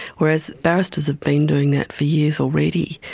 whereas barristers have been doing that for years already,